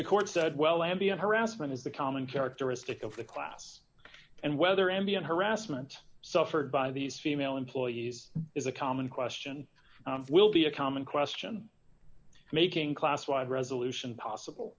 the court said well i'll be on harassment is the common characteristic of the class and whether any of harassment suffered by these female employees is a common question will be a common question making class wide resolution possible